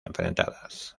enfrentadas